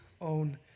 own